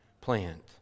plant